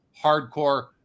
hardcore